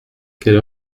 quelle